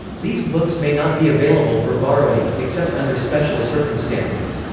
these books may not be available for borrowing, except under special circumstances.